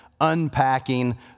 unpacking